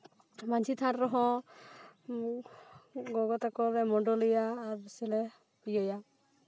ᱢᱟᱹᱡᱷᱤ ᱛᱷᱟᱱ ᱨᱮᱦᱚᱸ ᱜᱚᱜᱚ ᱛᱟᱠᱚᱞᱮ ᱢᱩᱰᱳᱞᱤᱭᱟ ᱥᱮᱞᱮ ᱯᱩᱡᱟᱹᱭᱟ